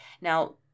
Now